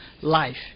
life